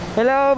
Hello